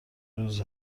روز